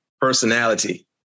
Personality